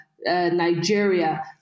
Nigeria